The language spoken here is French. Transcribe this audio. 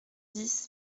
dix